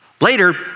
Later